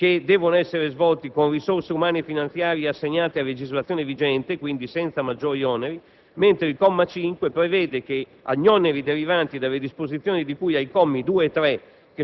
che devono essere svolti con risorse umane e finanziarie assegnate a legislazione vigente, quindi senza maggiori oneri. Il comma 5 prevede che agli oneri derivanti dalle disposizioni di cui ai commi 2 e 3,